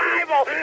Bible